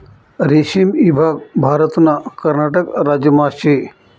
रेशीम ईभाग भारतना कर्नाटक राज्यमा शे